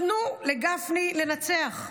תנו לגפני לנצח.